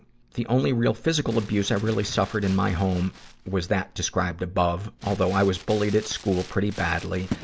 the only real physical abuse i really suffered in my home was that described above, although i was bullied at school pretty badly,